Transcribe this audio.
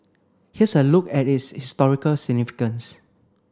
here's a look at its historical significance